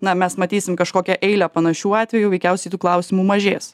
na mes matysim kažkokią eilę panašių atvejų veikiausiai tų klausimų mažės